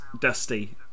Dusty